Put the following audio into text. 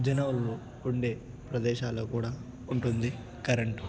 జనాలు ఉండే ప్రదేశాలలో కూడా ఉంటుంది కరెంటు